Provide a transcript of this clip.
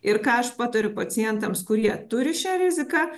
ir ką aš patariu pacientams kurie turi šią riziką